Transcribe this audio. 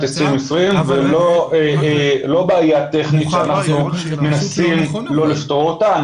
2020 ולא בעיה טכנית שאנחנו מנסים לא לפתור אותה.